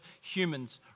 humans